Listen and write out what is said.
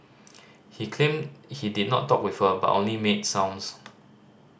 he claimed he did not talk with her but only made sounds